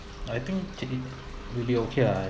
I think should be will be okay lah